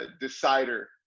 decider